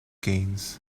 gaines